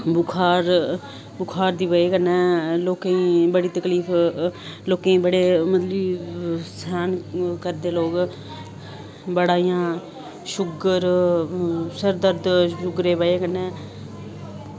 बुखार दी बज़ह कन्नै लोकें ई बड़ी तकलीफ लोकें बड़ी मतलव साह्न करदे लोग बड़ा इयां शूगर सिर दर्द शूगर दी बज़ा कन्नै